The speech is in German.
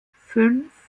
fünf